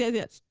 yeah yes.